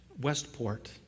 Westport